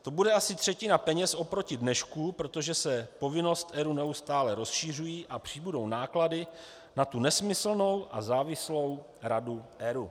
To bude asi třetina peněz oproti dnešku, protože se povinnost ERÚ neustále rozšiřuje a přibudou náklady na tu nesmyslnou a závislou radu ERÚ.